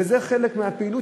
וזה חלק מהפעילות,